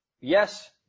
yes